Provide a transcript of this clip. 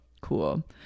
Cool